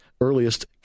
earliest